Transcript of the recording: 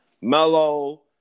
Melo